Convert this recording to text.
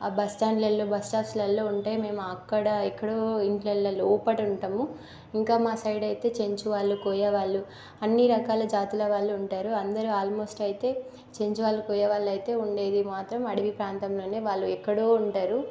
ఆ బస్స్టాండులలో బస్స్టాప్లలో ఉంటాయి మేము అక్కడ ఎక్కడో ఇళ్ళలో లోపల ఉంటాము ఇంకా మా సైడ్ అయితే చెంచువాళ్ళు కోయవాళ్ళు అన్ని రకాల జాతుల వాళ్ళు ఉంటారు అందరూ అల్మోస్ట్ అయితే చెంచువాళ్ళు కోయవాళ్ళు అయితే ఉండేది మాత్రం అడవి ప్రాంతంలోనే వాళ్ళు ఎక్కడో ఉంటారు